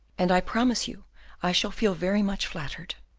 and i promise you i shall feel very much flattered.